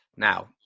Now